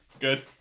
Good